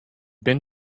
been